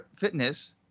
Fitness